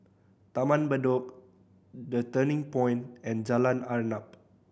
Taman Bedok The Turning Point and Jalan Arnap